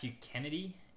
Kennedy